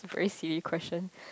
very silly question